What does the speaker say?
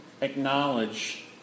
acknowledge